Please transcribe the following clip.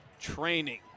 training